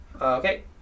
Okay